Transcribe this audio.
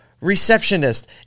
receptionist